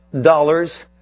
dollars